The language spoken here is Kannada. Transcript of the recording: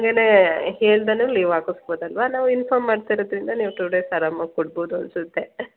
ಹಂಗೆನೇ ಹೇಳ್ದೇಯೆ ಲೀವ್ ಹಾಕಿಸ್ಬೋದಲ್ವಾ ನಾವು ಇನ್ಫಾರ್ಮ್ ಮಾಡ್ತಾ ಇರೋದರಿಂದ ನೀವು ಟು ಡೇಸ್ ಆರಾಮಾಗಿ ಕೊಡ್ಬೋದು ಅನಿಸುತ್ತೆ